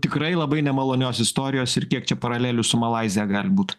tikrai labai nemalonios istorijos ir kiek čia paralelių su malaizija gali būt